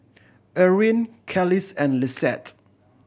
Erwin Kelis and Lissette